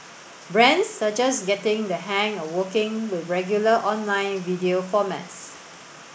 brands are just getting the hang of working with regular online video formats